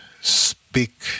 speak